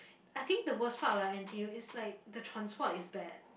I think the worst part about N_T_U is like the transport is bad